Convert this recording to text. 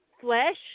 flesh